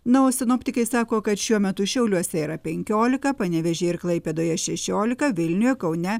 na o sinoptikai sako kad šiuo metu šiauliuose yra penkiolika panevėžyje ir klaipėdoje šešiolika vilniuje kaune